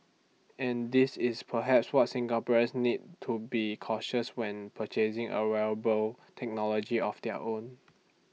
and this is perhaps what Singaporeans need to be cautious when purchasing A wearable technology of their own